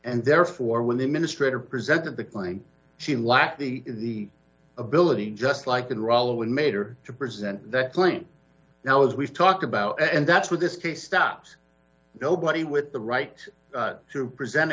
and therefore when the administrator presented the claim she lacked the ability just like in rolla when mater to present that claim now as we've talked about and that's what this case stops nobody with the right to present